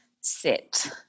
sit